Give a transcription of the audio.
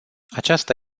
aceasta